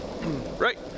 Right